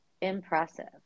impressive